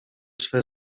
swe